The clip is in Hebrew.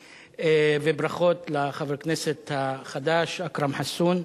וברכות לחבר הכנסת החדש אכרם חסון.